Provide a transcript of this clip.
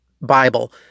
Bible